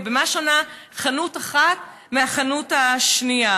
מה שונה חנות אחת מהחנות השנייה?